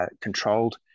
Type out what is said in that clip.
controlled